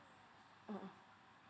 mmhmm